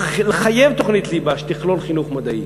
ולחייב תוכנית ליבה שתכלול חינוך מדעי.